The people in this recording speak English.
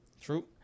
True